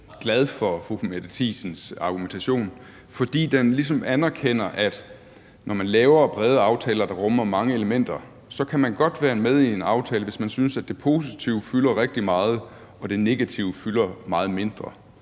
glad for fru Mette Thiesens argumentation, fordi den ligesom anerkender, at når man laver brede aftaler, der rummer mange elementer, kan man godt være med i en aftale, hvis man synes, at det positive fylder rigtig meget, og at det negative fylder meget mindre,